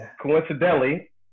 coincidentally